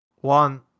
One